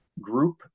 group